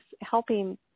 helping